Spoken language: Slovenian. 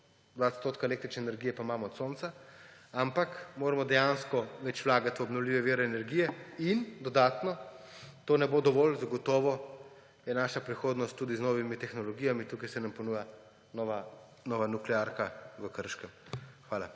2 % električne energije pa imamo od sonca. Dejansko moramo več vlagati v obnovljive vire energije in dodatno, to zagotovo ne bo dovolj, je naša prihodnost tudi z novimi tehnologijami. Tukaj se nam ponuja nova nuklearka v Krškem. Hvala.